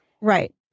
Right